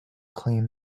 claim